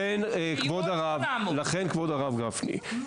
כבוד הרב גפני,